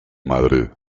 madrid